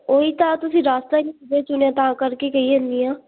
ਉਹ ਹੀ ਤਾਂ ਤੁਸੀਂ ਰਾਸਤਾ ਹੀ ਨਹੀਂ ਵਧੀਆ ਚੁਣਿਆ ਤਾਂ ਕਰਕੇ ਕਹੀ ਜਾਨੀ ਹਾਂ